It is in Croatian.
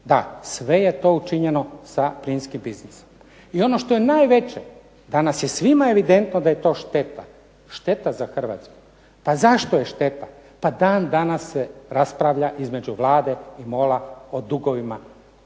Da, sve je to učinjeno sa plinskim biznisom. I ono što je najveće, danas je svima evidentno da je to šteta, šteta za Hrvatsku. Pa zašto je šteta? Pa dan danas se raspravlja između Vlade i MOL-a o dugovima Vlade